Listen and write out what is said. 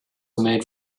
made